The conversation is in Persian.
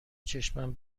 چشمم